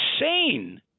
insane